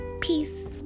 Peace